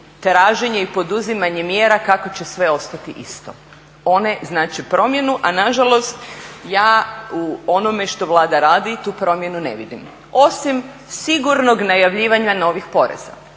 traženje i poduzimanje mjera kako će sve ostati isto. One znače promjenu a nažalost ja u onome što Vlada radi tu promjenu ne vidim osim sigurnog najavljivanja novih poreza.